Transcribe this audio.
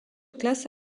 classe